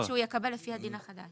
רק רצינו לוודא שהוא יקבל לפי הדין החדש.